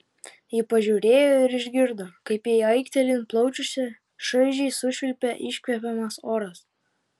ji pažiūrėjo ir išgirdo kaip jai aiktelint plaučiuose šaižiai sušvilpia iškvepiamas oras